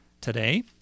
today